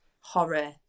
horror